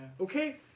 Okay